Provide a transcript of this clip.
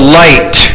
light